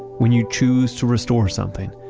when you choose to restore something,